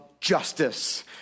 justice